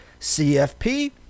CFP